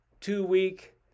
two-week